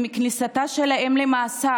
עם כניסתה של האם למאסר,